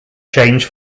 change